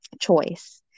choice